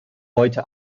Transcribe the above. heute